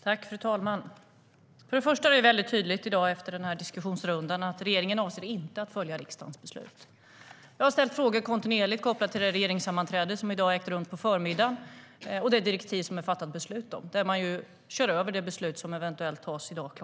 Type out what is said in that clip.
Fru talman! För det första är det väldigt tydligt efter den här diskussionsrundan i dag att regeringen inte avser att följa riksdagens beslut. Jag har kontinuerligt ställt frågor kopplat till det regeringssammanträde som har ägt rum i dag på förmiddagen och det direktiv som det är fattat beslut om, där man kör över det beslut som eventuellt tas i dag kl.